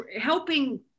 helping